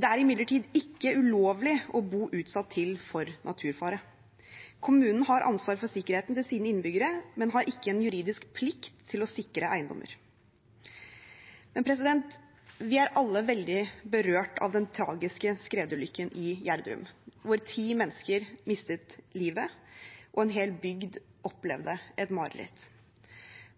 Det er imidlertid ikke ulovlig å bo utsatt til for naturfare. Kommunen har ansvaret for sikkerheten til sine innbyggere, men har ikke en juridisk plikt til å sikre eiendommer. Vi er alle veldig berørt av den tragiske skredulykken i Gjerdrum, hvor ti mennesker mistet livet og en hel bygd opplevde et mareritt.